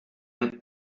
men